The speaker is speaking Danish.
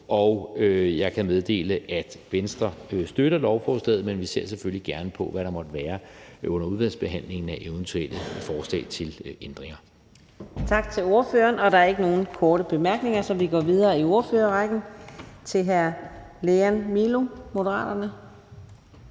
og jeg kan meddele, at Venstre støtter lovforslaget. Men vi ser selvfølgelig gerne på, hvad der måtte være under udvalgsbehandlingen af eventuelle forslag til ændringer. Kl. 19:21 Fjerde næstformand (Karina Adsbøl): Tak til ordføreren. Der er ikke nogen korte bemærkninger, så vi går videre i ordførerrækken til hr. Lean Milo, Moderaterne.